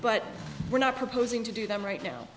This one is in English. but we're not proposing to do them right now